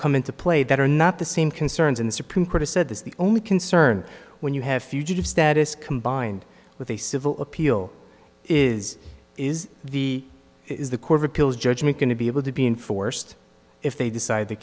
come into play that are not the same concerns in the supreme court has said this the only concern when you have fugitive status combined with a civil appeal is is the is the court of appeals judgment going to be able to be enforced if they decide the